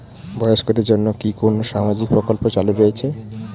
বয়স্কদের জন্য কি কোন সামাজিক প্রকল্প চালু রয়েছে?